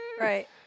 Right